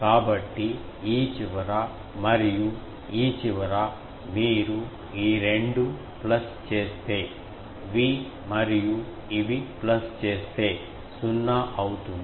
కాబట్టి ఈ చివర మరియు ఈ చివర మీరు ఈ రెండు ప్లస్ చేస్తే V మరియు ఇవి ప్లస్ చేస్తే సున్నా అవుతుంది